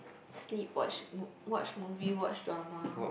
sleep watch mo~ watch movie watch drama